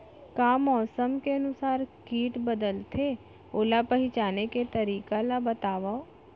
का मौसम के अनुसार किट बदलथे, ओला पहिचाने के तरीका ला बतावव?